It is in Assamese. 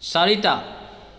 চাৰিটা